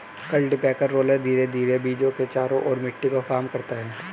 cultipacker roller धीरे धीरे बीजों के चारों ओर मिट्टी को फर्म करता है